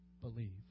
believe